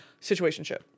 Situationship